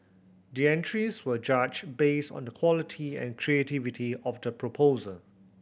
the entries were judged based on the quality and creativity of the proposal